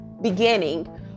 beginning